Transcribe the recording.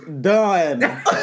done